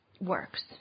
works